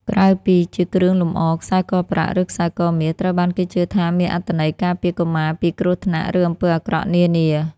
ក្រៅពីជាគ្រឿងលម្អ ខ្សែកប្រាក់ ឬខ្សែកមាស ត្រូវបានគេជឿថាមានអត្ថន័យការពារកុមារគ្រោះញថ្នាក់ ឬអំពើអាក្រក់នានា។